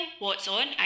whatson